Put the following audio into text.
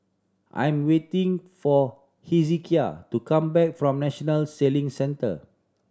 I'm waiting for Hezekiah to come back from National Sailing Centre